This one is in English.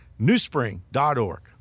newspring.org